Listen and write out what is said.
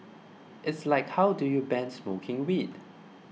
it's like how do you ban smoking weed